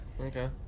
Okay